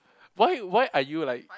why why are you like